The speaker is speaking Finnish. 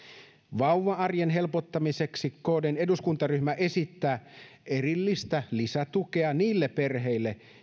vauva arjen helpottamiseksi kdn eduskuntaryhmä esittää erillistä lisätukea niille perheille